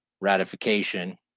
ratification